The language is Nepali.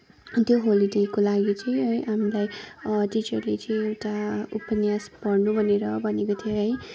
त्यो होलिडेको लागि चाहिँ है हामीलाई टिचरले चाहिँ एउटा उपन्यास पढ्नु भनेर भनेको थियो है